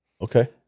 Okay